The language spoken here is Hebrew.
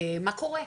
מה קורה?